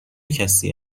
کسی